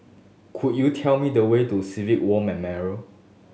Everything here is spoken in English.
could you tell me the way to Civilian War Memorial